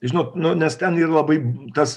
žinot nu nes ten labai tas